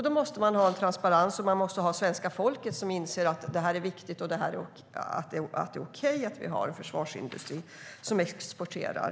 Då måste man ha en transparens, och svenska folket måste inse att detta är viktigt och att det är okej att vi har en försvarsindustri som exporterar.